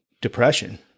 depression